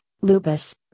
lupus